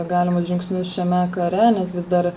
galimus žingsnius šiame kare nes vis dar